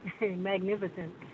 magnificent